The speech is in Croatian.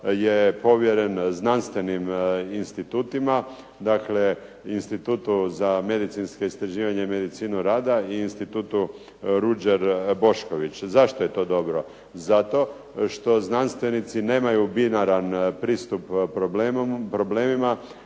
je povjeren znanstvenim institutima, dakle Institutu za medicinska istraživanja i medicinu rada, i Institutu Ruđer Bošković. Zašto je to dobro? Zato što znanstvenici nemaju binaran pristup problemima,